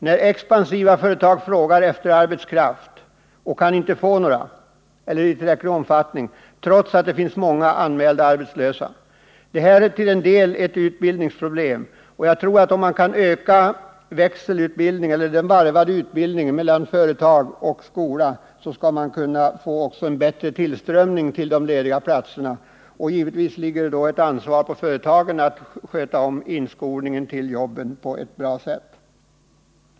När expansiva företag frågar efter arbetskraft och inte kan få någon eller inte får det i tillräcklig omfattning, trots att det finns många anmälda arbetslösa, så är det till en del ett utbildningsproblem. Om man kan öka den varvade utbildningen i samverkan mellan företag och skola, bör man också få en bättre tillströmning till de lediga platserna. Givetvis ligger det då ett ansvar på företagen att sköta om inskolningen till jobben på ett bra sätt.